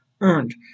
earned